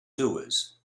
doers